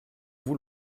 vous